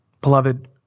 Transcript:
Beloved